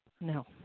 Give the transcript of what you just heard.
No